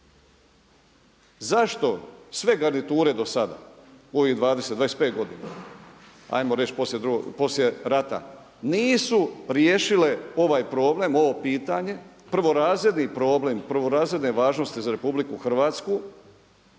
zašto sve garniture do sada u ovih 25 godina, ajmo reći poslije rata, nisu riješile ovaj problem, ovo pitanje, prvorazredni problem, prvorazredne važnosti za RH? I što